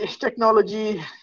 technology